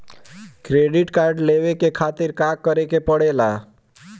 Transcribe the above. Credit card लेवे के खातिर का करेके पड़ेला?